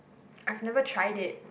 I've never tried it